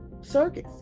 circus